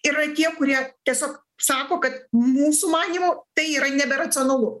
yra tie kurie tiesiog sako kad mūsų manymu tai yra neberacionalu